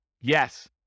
Yes